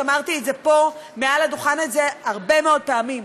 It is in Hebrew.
אמרתי את זה פה מעל הדוכן הזה הרבה מאוד פעמים.